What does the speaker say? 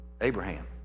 Abraham